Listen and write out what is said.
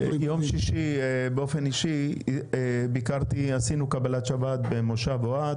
ביום שישי עשינו קבלת שבת במושב אוהד,